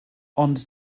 ond